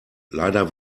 leider